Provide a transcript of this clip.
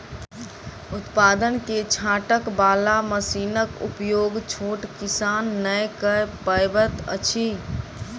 उत्पाद के छाँटय बाला मशीनक उपयोग छोट किसान नै कअ पबैत अछि